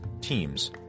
teams